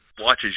watches